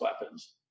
weapons